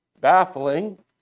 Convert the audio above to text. baffling